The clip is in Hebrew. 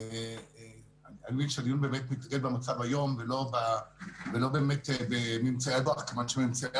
אני מבין שהדיון מתמקד במצב היום ולא באמת בממצאי הדוח כיוון שממצאי